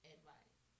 Advice